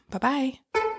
Bye-bye